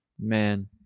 man